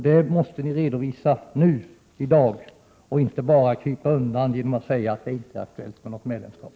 Det måste ni redovisa nu, i dag, och inte bara krypa undan och säga att det inte är aktuellt med något medlemskap.